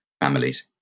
families